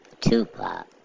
Tupac